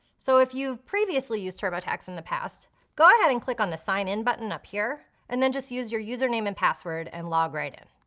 so if you've previously used turbotax in the past, go ahead and click on the since in button up here and then just use your username and password and log right in.